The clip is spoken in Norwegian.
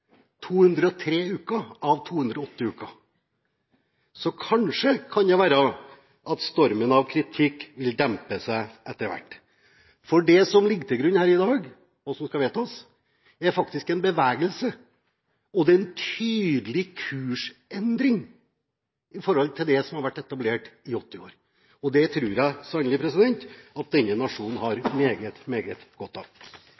203 av 208 uker, så kanskje kan det være at stormen av kritikk vil dempe seg etter hvert – for det som ligger til grunn her i dag, og som skal vedtas, er faktisk en bevegelse. Det er en tydelig kursendring i forhold til det som har vært etablert i åtte år, og det tror jeg sannelig at denne nasjonen